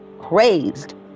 crazed